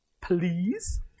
Please